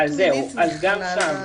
גם שם,